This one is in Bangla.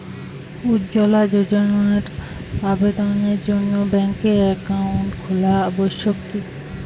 উজ্জ্বলা যোজনার আবেদনের জন্য ব্যাঙ্কে অ্যাকাউন্ট খোলা আবশ্যক কি?